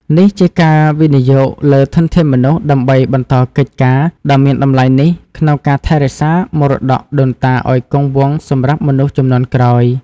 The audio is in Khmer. នេះជាការវិនិយោគលើធនធានមនុស្សដើម្បីបន្តកិច្ចការដ៏មានតម្លៃនេះក្នុងការថែរក្សាមរតកដូនតាឱ្យគង់វង្សសម្រាប់មនុស្សជំនាន់ក្រោយ។